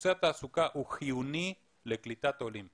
נושא התעסוקה הוא חיוני לקליטת עולים,